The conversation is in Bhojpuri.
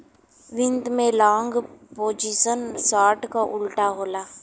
वित्त में लॉन्ग पोजीशन शार्ट क उल्टा होला